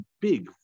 big